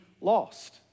lost